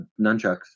Nunchucks